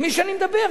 עם מי שאני מדבר,